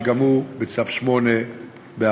שגם הוא בצו 8 בעזה.